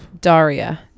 Daria